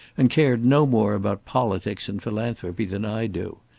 and cared no more about politics and philanthropy than i do.